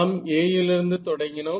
நாம் A லிருந்து தொடங்கினோம்